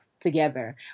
together